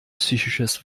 psychisches